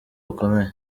bukomeye